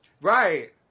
Right